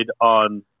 on